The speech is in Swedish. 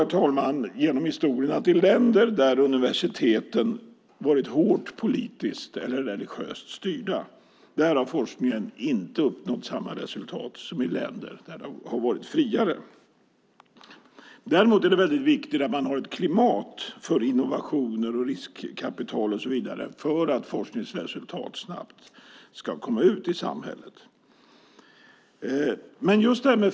Det har varit så genom historien att i länder där universiteten har varit hårt politiskt eller religiöst styrda har forskningen inte uppnått samma resultat som i länder där den har varit friare. Det är väldigt viktigt att man har ett klimat för innovationer, riskkapital och så vidare för att forskningsresultat snabbt ska komma ut i samhället.